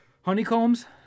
Honeycombs